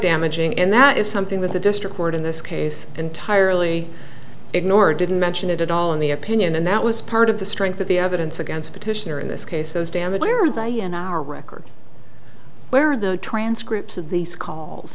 damaging and that is something that the district court in this case entirely ignored didn't mention it at all in the opinion and that was part of the strength of the evidence against petitioner in this case those damages were they in our record where are the transcripts of these